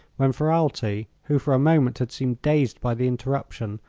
when ferralti, who for a moment had seemed dazed by the interruption,